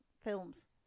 films